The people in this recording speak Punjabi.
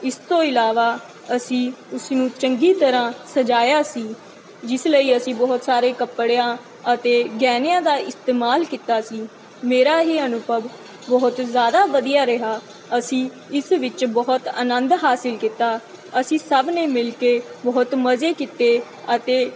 ਇਸ ਤੋਂ ਇਲਾਵਾ ਅਸੀਂ ਉਸ ਨੂੰ ਚੰਗੀ ਤਰ੍ਹਾਂ ਸਜਾਇਆ ਸੀ ਜਿਸ ਲਈ ਅਸੀਂ ਬਹੁਤ ਸਾਰੇ ਕੱਪੜਿਆਂ ਅਤੇ ਗਹਿਣਿਆਂ ਦਾ ਇਸਤੇਮਾਲ ਕੀਤਾ ਸੀ ਮੇਰਾ ਇਹ ਅਨੁਭਵ ਬਹੁਤ ਜ਼ਿਆਦਾ ਵਧੀਆ ਰਿਹਾ ਅਸੀਂ ਇਸ ਵਿੱਚ ਬਹੁਤ ਆਨੰਦ ਹਾਸਿਲ ਕੀਤਾ ਅਸੀਂ ਸਭ ਨੇ ਮਿਲ ਕੇ ਬਹੁਤ ਮਜ਼ੇ ਕੀਤੇ ਅਤੇ